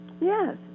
Yes